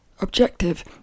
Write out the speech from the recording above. objective